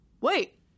Wait